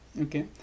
okay